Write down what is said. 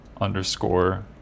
underscore